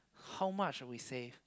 how much we save